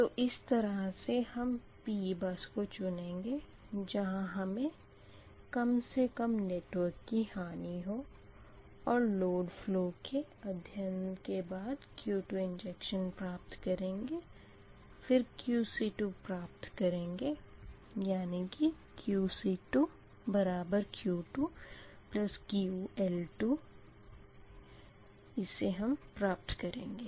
तो इस तरह से हम P बस को चुनेंगे जहाँ हमें कम से कम नेटवर्क की हानि हो और लोड फ़लो के अध्यन के बाद Q2 इंजेक्शन प्राप्त करेंगे फिर QC2 प्राप्त करेंगे यानी कि QC2Q2QL2 प्राप्त करेंगे